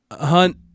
Hunt